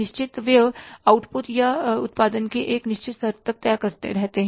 निश्चित व्यय आउटपुट या उत्पादन के एक निश्चित स्तर तक तय रहते हैं